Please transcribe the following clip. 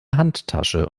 handtasche